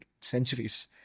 centuries